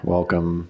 Welcome